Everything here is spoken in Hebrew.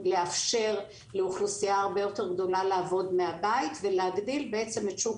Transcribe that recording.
לאפשר לאוכלוסייה הרבה יותר גדולה לעבוד מהבית ולהגדיל את שוק